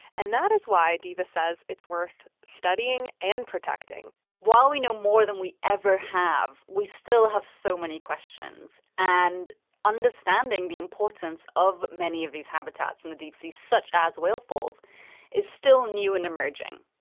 and that is why diva says it's worth studying and protecting while we know more than we ever have, we still have so many questions. and understanding the importance of many of these habitats in the deep sea such as whale falls is still new and emerging.